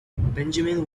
benjamin